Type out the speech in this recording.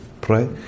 pray